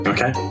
Okay